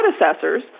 predecessors